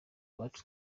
abacu